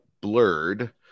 blurred